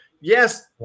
yes